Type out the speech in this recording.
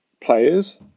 players